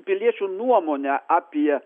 piliečių nuomonę apie